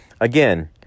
Again